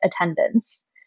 attendance